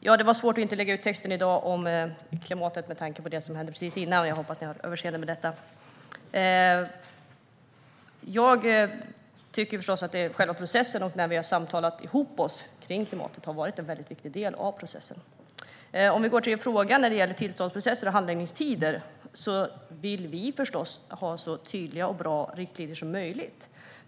Det var svårt att inte lägga ut texten om klimatet i dag med tanke på det som hände precis innan. Jag hoppas att ni har överseende med detta. Jag tycker förstås att själva processen när vi har samtalat ihop oss kring klimatet har varit en väldigt viktig del. När det gäller din fråga om tillståndsprocesser och handläggningstider vill vi förstås ha så tydliga och bra riktlinjer som möjligt.